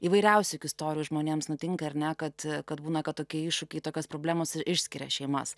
įvairiausių juk istorijų žmonėms nutinka ar ne kad kad būna kad tokie iššūkiai tokios problemos ir išskiria šeimas